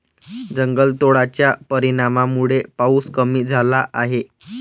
जंगलतोडाच्या परिणामामुळे पाऊस कमी झाला आहे